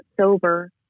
sober